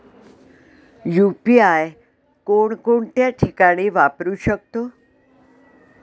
UPI कोणकोणत्या ठिकाणी वापरू शकतो?